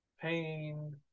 pain